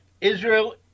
Israel